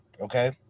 okay